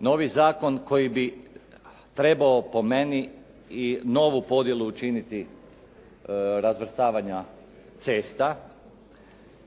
novi zakon koji bi trebao po meni i novu podjelu učiniti razvrstavanja cesta.